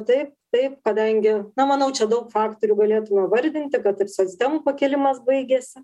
taip taip kadangi na manau čia daug faktorių galėtumėm vardinti kad ir socdemų pakilimas baigėsi